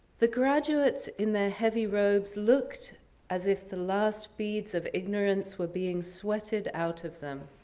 the graduates in their heavy robes, looked as if the last beads of ignorance were being sweated out of them.